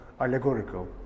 allegorical